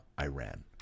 Iran